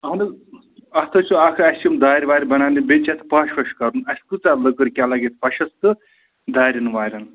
اَہَن حظ اَتھ حظ چھِ اَکھ اَسہِ یِم دارِ وارِ بناونہِ بیٚیہِ چھِ اَتھ پَش وَش کَرُن اَسہِ کۭژاہ لٔکٕر کیٛاہ لَگہِ اَتھ پَشَش تہٕ دارٮ۪ن وارٮ۪ن